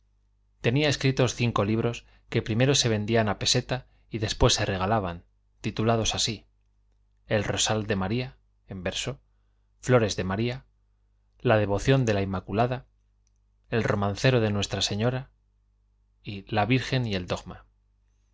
tenía escritos cinco libros que primero se vendían a peseta y después se regalaban titulados así el rosal de maría en verso flores de maría la devoción de la inmaculada el romancero de nuestra señora la virgen y el dogma